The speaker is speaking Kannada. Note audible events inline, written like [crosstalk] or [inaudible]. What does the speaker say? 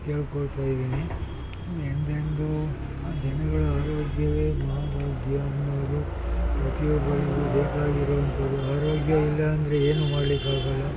ಕೇಳ್ಕೊಳ್ತಾ ಇದ್ದೇನೆ ಎಂದೆಂದು ಜನಗಳ ಆರೋಗ್ಯವೇ [unintelligible] ಅನ್ನುವುದು ಪ್ರತಿಯೊಬ್ಬರಿಗೂ ಬೇಕಾಗಿರುವಂಥದ್ದು ಆರೋಗ್ಯ ಇಲ್ಲ ಅಂದರೆ ಏನು ಮಾಡಲಿಕ್ಕಾಗೋಲ್ಲ